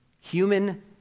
Human